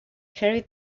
carried